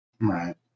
Right